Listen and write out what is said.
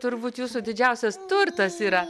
turbūt jūsų didžiausias turtas yra